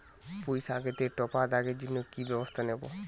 পুই শাকেতে টপা দাগের জন্য কি ব্যবস্থা নেব?